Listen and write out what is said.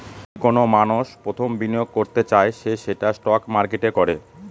যদি কোনো মানষ প্রথম বিনিয়োগ করতে চায় সে সেটা স্টক মার্কেটে করে